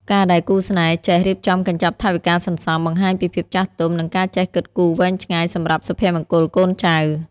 ការដែលគូស្នេហ៍ចេះ "រៀបចំកញ្ចប់ថវិកាសន្សំ" បង្ហាញពីភាពចាស់ទុំ និងការចេះគិតគូរវែងឆ្ងាយសម្រាប់សុភមង្គលកូនចៅ។